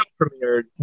premiered